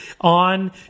on